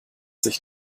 sich